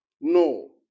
No